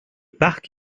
parc